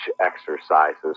exercises